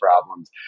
problems